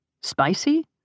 Spicy